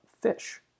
fish